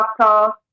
doctor